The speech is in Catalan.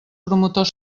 promotors